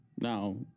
Now